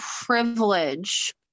privilege